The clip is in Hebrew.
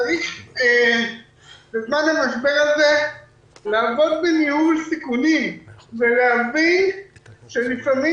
צריך בזמן המשבר הזה לעבוד בניהול סיכונים ולהבין שלפעמים